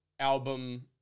album